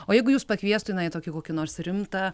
o jeigu jus pakviestų na į tokį kokį nors rimtą